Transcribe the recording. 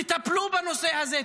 תטפלו בנושא הזה.